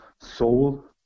soul